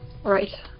right